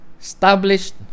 established